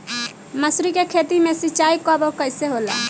मसुरी के खेती में सिंचाई कब और कैसे होला?